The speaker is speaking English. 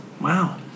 Wow